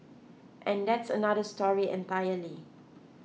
and that's another story entirely